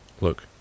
Look